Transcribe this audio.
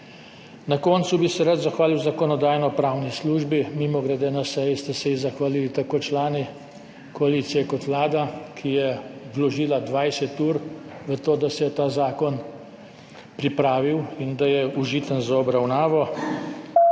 Na koncu bi se rad zahvalil Zakonodajno-pravni službi, mimogrede, na seji ste se ji zahvalili tako člani koalicije kot Vlada, ki je vložila 20 ur v to, da se je ta zakon pripravil in da je užiten za obravnavo